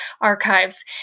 archives